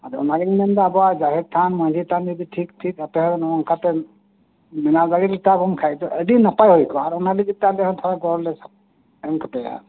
ᱟᱫᱚ ᱚᱱᱟᱜᱮᱧ ᱢᱮᱱ ᱫᱟ ᱟᱵᱚᱣᱟᱜ ᱡᱟᱦᱮᱨ ᱛᱷᱟᱱ ᱢᱟᱡᱷᱤ ᱛᱷᱟᱱ ᱡᱩᱫᱤ ᱴᱷᱤᱠ ᱴᱷᱤᱠ ᱟᱛᱳ ᱦᱚᱲ ᱱᱚᱜᱚᱝ ᱠᱟᱛᱮᱢ ᱵᱮᱱᱟᱣ ᱫᱟᱲᱮ ᱞᱮᱛᱟᱵᱚᱱ ᱠᱷᱟᱡ ᱫᱚ ᱟᱰᱤ ᱱᱟᱯᱟᱭ ᱦᱩᱭ ᱠᱚᱜᱼᱟ ᱚᱱᱟ ᱞᱟᱜᱤᱜ ᱛᱮ ᱟᱞᱮ ᱦᱚᱸ ᱛᱷᱚᱲᱟ ᱜᱚᱲᱚᱞᱮ ᱮᱢ ᱠᱮᱯᱮᱭᱟ